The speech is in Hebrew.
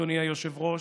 אדוני היושב-ראש,